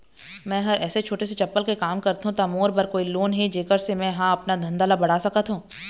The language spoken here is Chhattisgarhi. मैं हर ऐसे छोटे से चप्पल के काम करथों ता मोर बर कोई लोन हे जेकर से मैं हा अपन धंधा ला बढ़ा सकाओ?